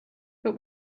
but